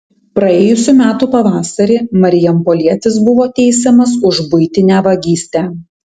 praėjusių metų pavasarį marijampolietis buvo teisiamas už buitinę vagystę